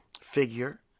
figure